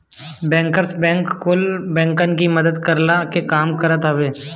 bankers bank कुल बैंकन की मदद करला के काम करत बाने